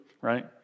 right